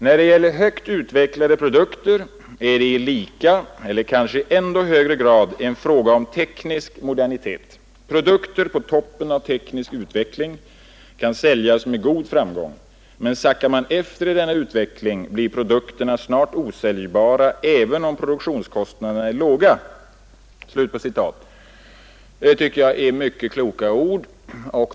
När det gäller högt utvecklade produkter är det i lika eller kanske i ändå högre grad en fråga om teknisk modernitet. Produkter på toppen av teknisk utveckling kan säljas med god framgång, men sackar man efter i denna utveckling blir produkterna snart osäljbara även om produktionskostnaderna är låga.” Jag tycker att detta är mycket kloka ord.